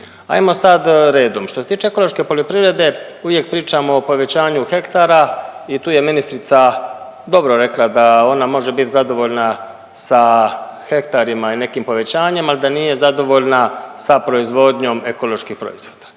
Ajmo sad redom. Što se tiče ekološke poljoprivrede uvijek pričamo o povećanju hektara i tu je ministrica dobro rekla da ona može biti zadovoljna sa hektarima i nekim povećanjem, ali da nije zadovoljna sa proizvodnjom ekoloških proizvoda.